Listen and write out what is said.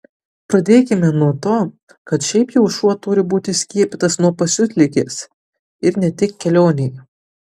pradėkime nuo to kad šiaip jau šuo turi būti skiepytas nuo pasiutligės ir ne tik kelionei